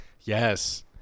Yes